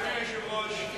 אדוני היושב-ראש,